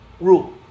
rule